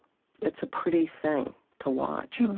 it's a pretty thing to watch